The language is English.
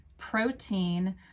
protein